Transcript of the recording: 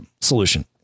solution